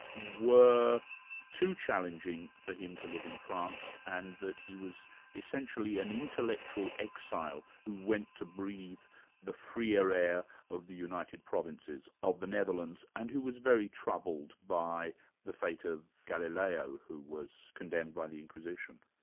were too challenging for him to live in france and that he was essentially an intellectual exile who went to breathe the freer air of the united provinces of the netherlands, and who was very troubled by the fate of galileo, who was condemned by the inquisition.